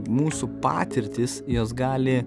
mūsų patirtis jos gali